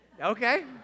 okay